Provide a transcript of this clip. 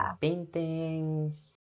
paintings